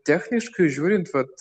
techniškai žiūrint vat